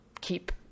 keep